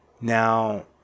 Now